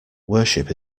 worship